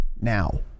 now